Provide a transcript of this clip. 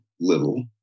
little